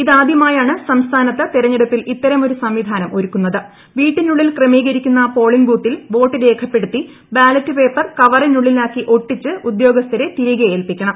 ഇതാദൃമായാണ് സംസ്ഥാനത്ത് തെരഞ്ഞെടുപ്പിൽ ഇത്തരമൊരു സംവിധാനം ക്രമീകരിക്കുന്ന പോളിംഗ് ബൂത്തിൽ വോട്ട് രേഖപ്പെടുത്തി ബാലറ്റ് പേപ്പർ കവറിനുള്ളിലാക്കി ഒട്ടിച്ച് ഉദ്യോഗസ്ഥർരെ തിരികെ ഏൽപ്പിക്കണം